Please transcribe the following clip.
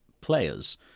players